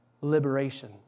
liberation